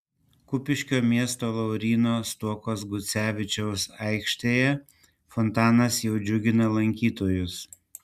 kupiškio miesto lauryno stuokos gucevičiaus aikštėje fontanas jau džiugina lankytojus